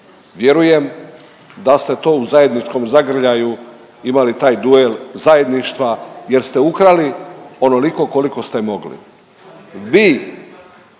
vjerujem da ste to u zajedničkom zagrljaju imali taj duel zajedništva jer ste ukrali onoliko koliko ste mogli.